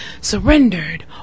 surrendered